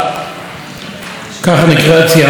ברצוני להקריא לכם את החלטת מועצת גדולי